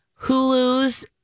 Hulu's